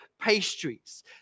pastries